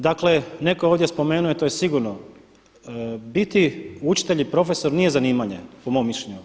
Dakle, netko je ovdje spomenuo i to je sigurno biti učitelj i profesor nije zanimanje po mom mišljenju.